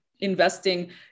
investing